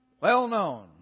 Well-known